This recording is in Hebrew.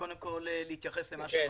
כול להתייחס למה שאמרתם?